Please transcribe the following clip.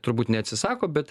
turbūt neatsisako bet